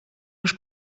już